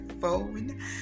phone